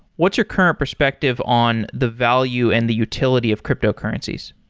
what your current perspective on the value and the utility of cryptocurrencies?